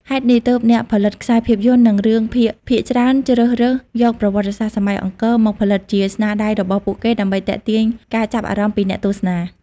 ហេតុនេះ ទើបអ្នកផលិតខ្សែភាពយន្តនិងរឿងភាគភាគច្រើនជ្រើសរើសយកប្រវត្តិសាស្ត្រសម័យអង្គរ មកផលិតជាស្នាដៃរបស់ពួកគេដើម្បីទាក់ទាញការចាប់អារម្មណ៍ពីអ្នកទស្សនា។